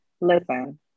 Listen